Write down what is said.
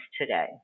today